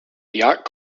yacht